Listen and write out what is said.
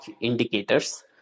indicators